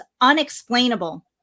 unexplainable